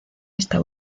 esta